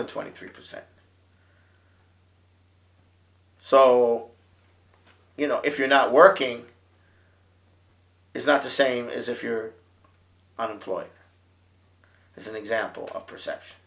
than twenty three percent so you know if you're not working it's not the same as if you're unemployed is an example